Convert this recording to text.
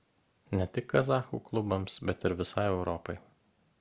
ne tik kazachų klubams bet ir visai europai